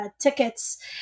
tickets